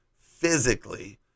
physically